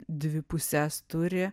dvi puses turi